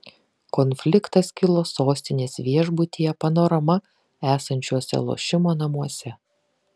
konfliktas kilo sostinės viešbutyje panorama esančiuose lošimo namuose